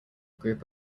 group